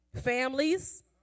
Families